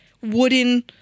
wooden